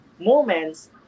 moments